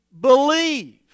believe